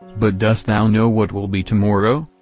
but dost thou know what will be tomorrow?